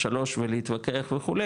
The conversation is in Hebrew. או שלוש ולהתכווח וכו',